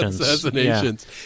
assassinations